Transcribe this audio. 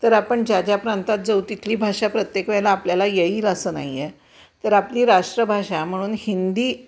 तर आपण ज्या ज्या प्रांतात जाऊ तिथली भाषा प्रत्येक वेळेला आपल्याला येईल असं नाही आहे तर आपली राष्ट्रभाषा म्हणून हिंदी